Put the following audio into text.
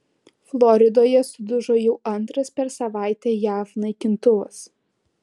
floridoje sudužo jau antras per savaitę jav naikintuvas